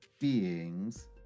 beings